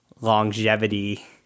longevity